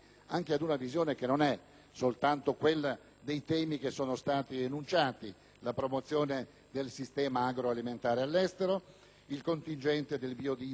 soltanto quella dei temi enunciati, ma riguarda anche la promozione del sistema agroalimentare all'estero, il contingente del biodiesel defiscalizzato,